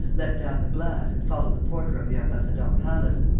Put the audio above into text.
let down the glass and follow the porter of the ambassadeurs-palace,